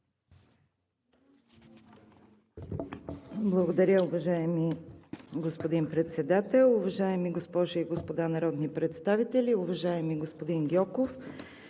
Благодаря, уважаеми господин Председател. Уважаеми госпожи и господа народни представители, уважаеми господин Гьоков!